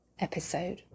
episode